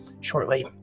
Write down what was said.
shortly